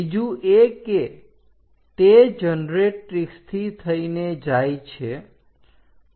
બીજું એ કે તે જનરેટ્રીક્ષથી થઈને જાય છે